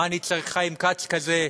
מה אני צריך חיים כץ כזה,